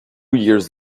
years